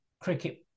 cricket